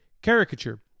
caricature